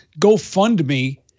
GoFundMe